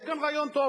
יש גם רעיון טוב,